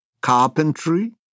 carpentry